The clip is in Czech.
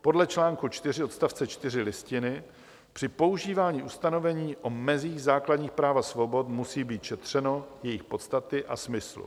Podle čl. 4 odst. 4 Listiny při používání ustanovení o mezích základních práv a svobod musí být šetřeno jejich podstaty a smyslu.